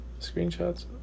screenshots